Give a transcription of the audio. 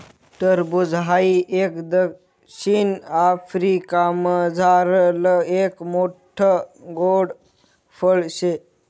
टरबूज हाई एक दक्षिण आफ्रिकामझारलं एक मोठ्ठ गोड फळ शे